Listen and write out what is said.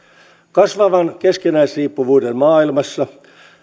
kasvavan keskinäisriippuvuuden maailmassa